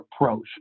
approach